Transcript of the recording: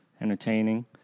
entertaining